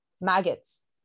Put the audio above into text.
maggots